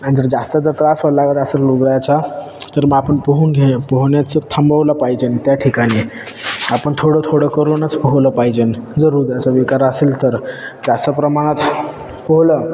आणि जर जास्त जर त्रास व्हायला लागला असेल हृदयाचा तर मग आपण पोहून घे पोहण्याचं थांबवलं पाहिजेन त्या ठिकाणी आपण थोडं थोडं करूनच पोहलं पाहिजेन जर हृदयाचा विकार असेल तर जास्त प्रमाणात पोहलं